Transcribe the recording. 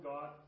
God